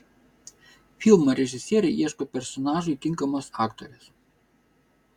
filmo režisieriai ieško personažui tinkamos aktorės